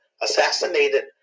assassinated